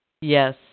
Yes